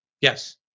Yes